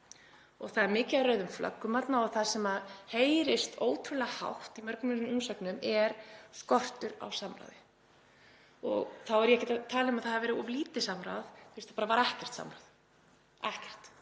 Það er mikið af rauðum flöggum þarna og það sem heyrist ótrúlega hátt í mörgum umsögnum er skortur á samráði. Þá er ég ekki að tala um að það hafi verið of lítið samráð heldur var ekkert samráð, ekkert.